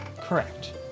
Correct